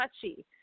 touchy